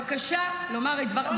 אפשר להפסיק את הסאגה הזאת?